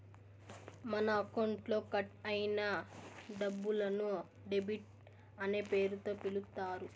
మన అకౌంట్లో కట్ అయిన డబ్బులను డెబిట్ అనే పేరుతో పిలుత్తారు